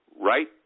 Right